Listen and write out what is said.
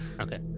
Okay